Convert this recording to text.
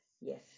Yes